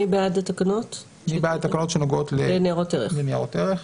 אז מי בעד התקנות שנוגעות לניירות ערך?